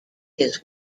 his